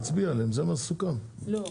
הצבעה ההסתייגויות לא אושרו.